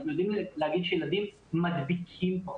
אנחנו יודעים להגיד שילדים מדביקים פחות.